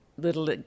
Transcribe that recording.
little